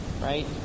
Right